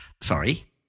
sorry